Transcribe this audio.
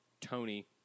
Tony